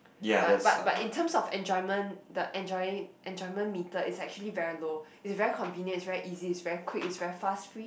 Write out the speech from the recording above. but but but in terms of enjoyment the enjoying enjoyment meter it's actually very low it is very convenient it's very easy it's very quick it's very fast free